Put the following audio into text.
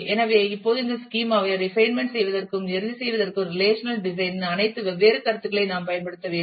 எனவே இப்போது இந்த ஸ்கீமா ஐ ரிபைன்மென்ட் செய்வதற்கும் இறுதி செய்வதற்கும் ரெலேஷனல் டிசைன் இன் அனைத்து வெவ்வேறு கருத்துக்களையும் நாம் பயன்படுத்த வேண்டும்